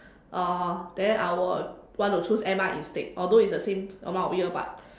uh then I will want to choose M_I instead although it's the same amount of year but